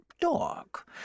dog